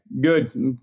Good